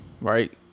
right